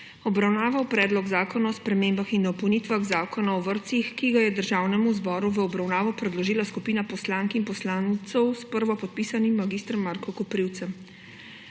obravnaval Predlog zakona o spremembah in dopolnitvah Zakona o vrtcih, ki ga je Državnemu zboru v obravnavo predložila skupina poslank in poslancev s prvopodpisanim mag. Markom Koprivcem.